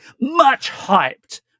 much-hyped